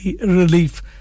relief